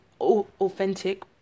authentic